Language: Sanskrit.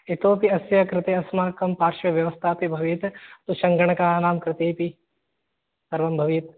इतोऽपि अस्य कृते अस्माकं पार्श्वव्यवस्था अपि भवेत् सङ्गणकानां कृतेऽपि सर्वं भवेत्